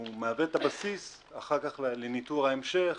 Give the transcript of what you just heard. והוא מהווה את הבסיס אחר כך לניטור ההמשך,